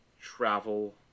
travel